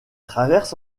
traverse